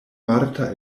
marta